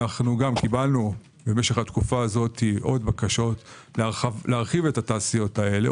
קיבלנו משך התקופה הזו עוד בקשות להרחיב את התעשיות הללו,